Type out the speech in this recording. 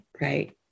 right